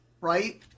right